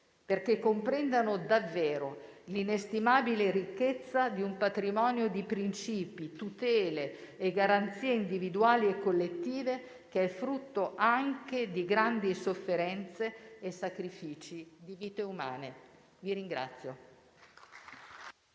perché comprendano davvero l'inestimabile ricchezza di un patrimonio di principi, tutele e garanzie individuali e collettive che è frutto anche di grandi sofferenze e sacrifici di vite umane. Vi ringrazio